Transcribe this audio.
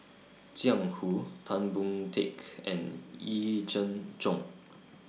Jiang Hu Tan Boon Teik and Yee Jenn Jong